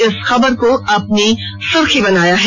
इस खबर को अपनी सुर्खी बनायी है